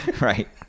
Right